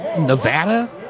Nevada